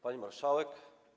Pani Marszałek!